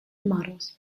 models